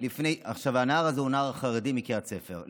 הנער הזה הוא חרדי מקריית ספר.